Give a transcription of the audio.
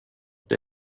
det